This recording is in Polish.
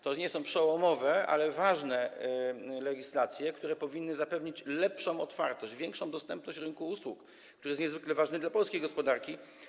To nie są przełomowe, ale ważne legislacje, które powinny zapewnić lepszą otwartość, większą dostępność rynku usług, który jest niezwykle ważny dla polskiej gospodarki.